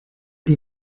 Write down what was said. die